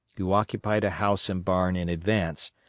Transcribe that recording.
who occupied a house and barn in advance,